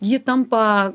ji tampa